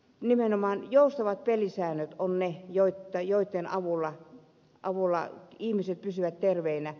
nimenomaan joustavat pelisäännöt ovat ne joitten avulla ihmiset pysyvät terveinä